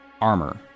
armor